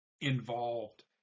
involved